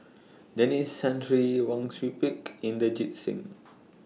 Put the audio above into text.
Denis Santry Wang Sui Pick Inderjit Singh